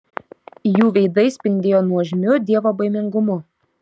jų veidai spindėjo nuožmiu dievobaimingumu